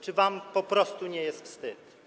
Czy wam po prostu nie jest wstyd?